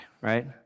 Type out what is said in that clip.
right